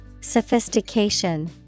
Sophistication